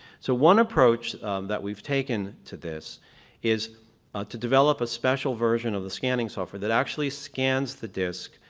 so one approach that we've taken to this is to develop a special version of the scanning software that actually scans the disc